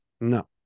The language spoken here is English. No